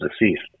deceased